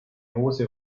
hose